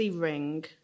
ring